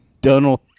donald